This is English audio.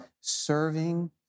serving